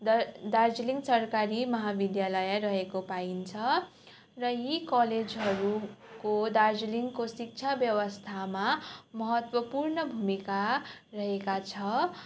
दर दार्जिलिङ सरकारी महाविद्यालय रहेको पाइन्छ र यी कलेजहरूको दार्जिलिङको शिक्षा व्यवस्थामा महत्त्वपूर्ण भूमिका रहेको छ